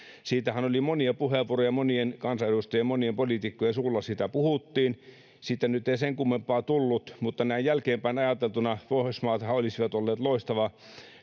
siitähän oli monia puheenvuoroja monien kansanedustajien monien poliitikkojen suulla sitä puhuttiin siitä nyt ei sen kummempaa tullut mutta näin jälkeenpäin ajateltuna pohjoismaathan olisivat olleet loistava